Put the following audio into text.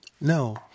no